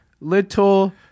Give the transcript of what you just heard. little